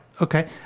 Okay